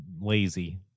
lazy